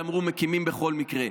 שאמרו שמקימים בכל מקרה.